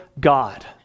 God